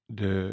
de